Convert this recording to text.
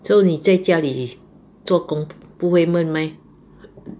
so 你在家里做工不会闷 meh